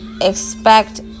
expect